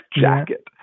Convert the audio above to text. jacket